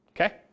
Okay